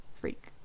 Freak